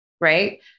right